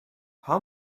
how